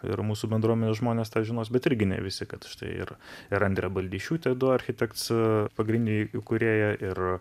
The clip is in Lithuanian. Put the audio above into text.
ir mūsų bendruomenės žmonės tą žinos bet irgi ne visi kad štai ir ir andrė baldišiūtė du architekts pagrindinė įkūrėja ir